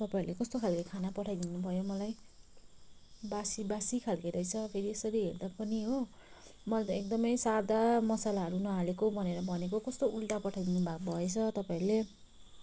तपाईँहरूले कस्तो खालको खाना पठाइदिनु भयो मलाई बासी बासी खालको रहेछ फेरि यसरी हेर्दा पनि हो मैले त एकदमै सादा मसलाहरू नहालेको भनेर भनेको कस्तो उल्टा पठाइदिनु भा भएछ तपाईँहरूले